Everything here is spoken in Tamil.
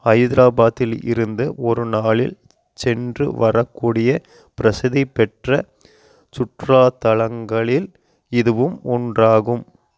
ஹைதராபாத்தில் இருந்து ஒரு நாளில் சென்று வரக்கூடிய பிரசித்தி பெற்ற சுற்றுலாத்தலங்களில் இதுவும் ஒன்றாகும்